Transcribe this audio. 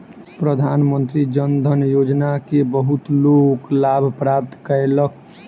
प्रधानमंत्री जन धन योजना के बहुत लोक लाभ प्राप्त कयलक